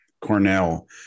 Cornell